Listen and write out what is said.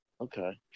Okay